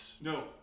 No